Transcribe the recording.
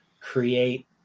create